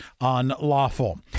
unlawful